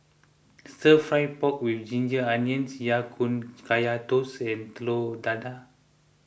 Stir Fried Pork with Ginger Onions Ya Kun Kaya Toast and Telur Dadah